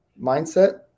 mindset